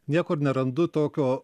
niekur nerandu tokio